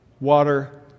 water